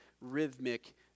rhythmic